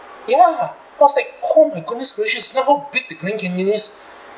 ya I was like oh my goodness gracious how big the grand canyon is